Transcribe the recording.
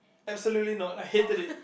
absolutely not I hated it